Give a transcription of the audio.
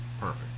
Perfect